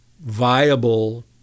viable